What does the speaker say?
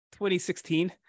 2016